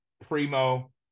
primo